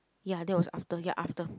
ya that was after ya after